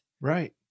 Right